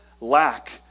lack